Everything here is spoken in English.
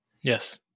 Yes